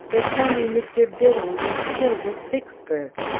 they tell me mr. biddle was killed at vicksburg.